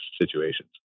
situations